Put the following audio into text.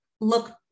look